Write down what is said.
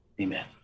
Amen